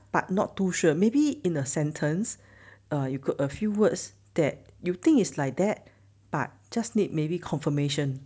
but not too sure maybe in a sentence or you could uh few words that you think is like that but just need maybe confirmation